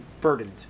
burdened